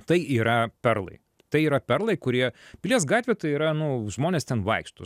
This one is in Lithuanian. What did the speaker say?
tai yra perlai tai yra perlai kurie pilies gatvė tai yra nu žmonės ten vaikšto